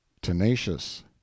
Tenacious